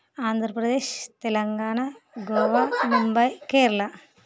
Andhra Pradesh Telangana Goa Mumbai Kerala